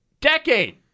decade